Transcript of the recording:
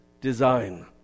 design